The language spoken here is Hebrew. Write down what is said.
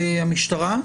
מהמשטרה,